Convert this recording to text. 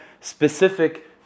specific